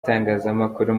itangazamakuru